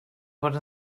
bod